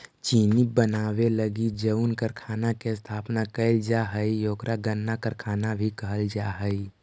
चीनी बनावे लगी जउन कारखाना के स्थापना कैल जा हइ ओकरा गन्ना कारखाना भी कहल जा हइ